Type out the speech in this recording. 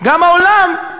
גם העולם,